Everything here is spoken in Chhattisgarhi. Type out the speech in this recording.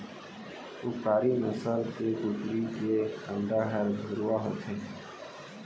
उपकारी नसल के कुकरी के अंडा हर भुरवा होथे